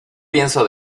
pienso